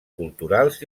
culturals